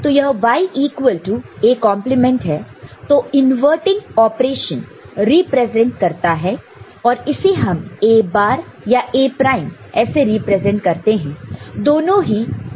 तो यह Y equal to A complement है जो इनवर्टिंग ऑपरेशन रिप्रेजेंट करता है और इसे हम A बार या A प्राइम ऐसे रिप्रेजेंट करते हैं दोनों ही इक्विवेलेंट है